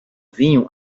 vinho